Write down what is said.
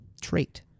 trait